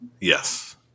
Yes